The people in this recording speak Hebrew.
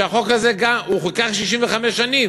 שחיכה 65 שנים.